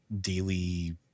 daily